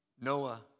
Noah